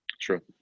True